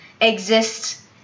exists